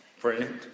Brilliant